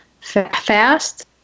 fast